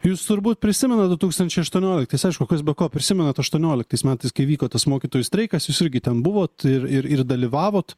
jūs turbūt prisimenat du tūkstančiai aštuonioliktais aišku kas be ko prisimenat aštuonioliktais metais kai vyko tas mokytojų streikas jūs irgi ten buvot ir ir ir dalyvavot